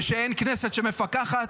וכשאין כנסת שמפקחת,